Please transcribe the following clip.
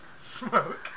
smoke